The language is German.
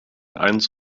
eins